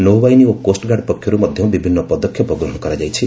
ନୌବାହିନୀ ଓ କୋଷ୍ଟଗାର୍ଡ ପକ୍ଷରୁ ମଧ୍ୟ ବିଭିନ୍ନ ପଦକ୍ଷେପ ଗ୍ରହଣ କରାଯାଇଛି